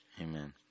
amen